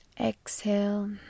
exhale